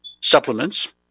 supplements